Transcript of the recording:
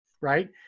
right